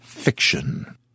Fiction